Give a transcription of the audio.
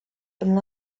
and